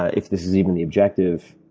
if this is even the objective,